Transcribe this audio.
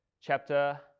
chapter